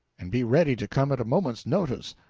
and be ready to come at a moment's notice,